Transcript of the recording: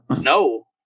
no